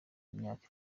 myaka